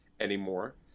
anymore